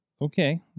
Okay